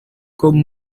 comme